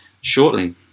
shortly